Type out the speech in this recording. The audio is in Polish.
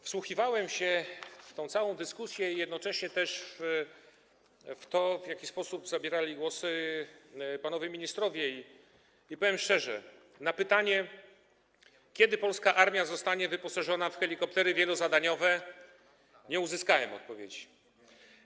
Wsłuchiwałem się w tę całą dyskusję i w to, w jaki sposób zabierali głos panowie ministrowie, i powiem szczerze, że na pytanie, kiedy polska armia zostanie wyposażona w helikoptery wielozadaniowe, nie uzyskałem odpowiedzi.